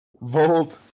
Volt